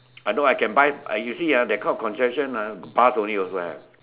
I know I can buy you see ah that kind of confession ah bus only also have